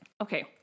Okay